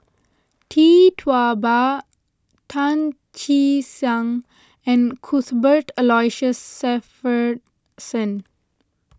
Tee Tua Ba Tan Che Sang and Cuthbert Aloysius Shepherd Sen